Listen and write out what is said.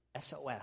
SOS